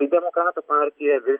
į demokratų partiją vis